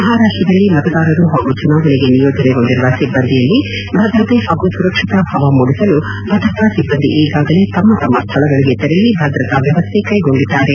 ಮಹಾರಾಷ್ಷದಲ್ಲಿ ಮತದಾರರು ಹಾಗೂ ಚುನಾವಣೆಗೆ ನಿಯೋಜನೆಗೊಂಡಿರುವ ಸಿಭ್ಗಂದಿಯಲ್ಲಿ ಭದ್ರತೆ ಹಾಗೂ ಸುರಕ್ಷತಾ ಭಾವ ಮೂಡಿಸಲು ಭದ್ರತಾ ಸಿಬ್ಬಂದಿ ಈಗಾಗಲೇ ತಮ್ಮ ಸ್ಥಳಗಳಿಗೆ ತೆರಳಿ ಭದ್ರತಾ ವ್ಯವಸ್ಥೆ ಕೈಗೊಂಡಿದ್ದಾರೆ